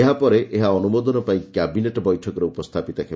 ଏହାପରେ ଏହା ଅନୁମୋଦନ ପାଇଁ କ୍ୟାବିନେଟ୍ ବୈଠକରେ ଉପସ୍ଥାପିତ ହେବ